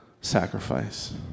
sacrifice